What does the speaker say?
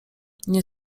nie